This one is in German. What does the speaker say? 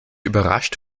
überrascht